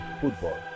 football